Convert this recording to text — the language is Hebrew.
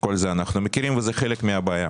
כל זה אנחנו מכירים וזה חלק מהבעיה.